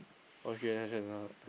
okay that's enough